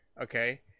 Okay